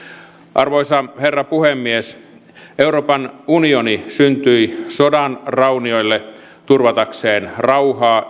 arvoisa herra puhemies euroopan unioni syntyi sodan raunioille turvatakseen rauhaa